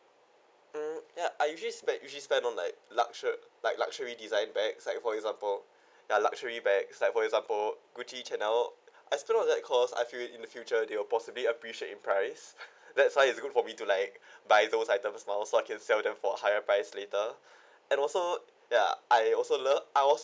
mm ya I usually spend usually spend on like luxury like luxury designed bags like for example ya luxury bags like for example Gucci Chanel I still do that cause I feel it in the future they'll possibly appreciate in price that's why is good for me to like buy those items now so I can sell them for higher price later and also ya I also love I was